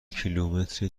کیلومتر